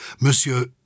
Monsieur